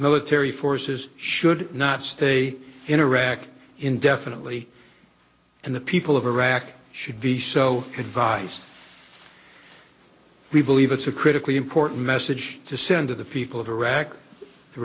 military forces should not stay in iraq indefinitely and the people of iraq should be so can buy we believe it's a critically important message to send to the people of iraq the